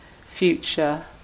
future